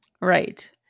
Right